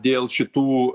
dėl šitų